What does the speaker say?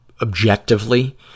objectively